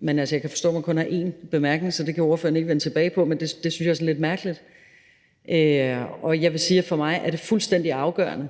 Men jeg kan forstå, at man kun har én bemærkning, så det kan ordføreren ikke vende tilbage på. Men jeg synes, det er sådan lidt mærkeligt. Jeg vil sige, at for mig er det fuldstændig afgørende,